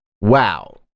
wow